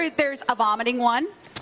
there's a vomiting one,